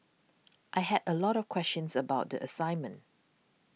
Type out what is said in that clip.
I had a lot of questions about the assignment